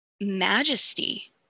majesty